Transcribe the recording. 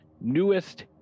newest